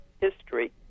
history